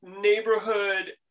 neighborhood